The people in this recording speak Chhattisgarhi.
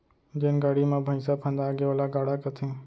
जेन गाड़ी म भइंसा फंदागे ओला गाड़ा कथें